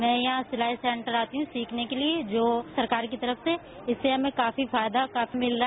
मैं यहां सिलाई सेन्टर आती हूँ सीखने के लिए जो सरकार की तरफ से इससे हमें काफी फायदा मिल रहा